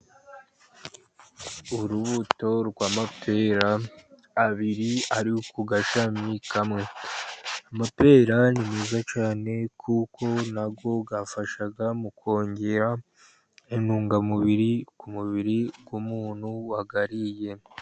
Urubuto rw'amapera abiri ari ku gashami kamwe. Amapera ni meza cyane kuko nayo afasha mu kongera intungamubiri, ku mubiri w'umuntu wayariye.